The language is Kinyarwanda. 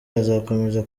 azakomeza